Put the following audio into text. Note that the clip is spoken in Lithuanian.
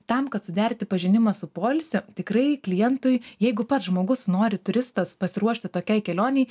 tam kad suderinti pažinimą su poilsiu tikrai klientui jeigu pats žmogus nori turistas pasiruošti tokiai kelionei